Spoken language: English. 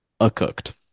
a-cooked